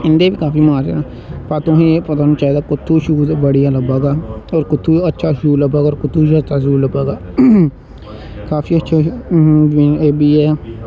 इं'दे बी काफी मारजन न पर तुसें एह् पता होना चाहिदा कुत्थूं शूज़ बधिया लब्भा दा ऐ और कुत्थूं अच्छा शूज़ लब्भा दा ऐ और कुत्थूं सस्ता शूज़ लब्भा दा ऐ काफी अच्छे एह् बी ऐ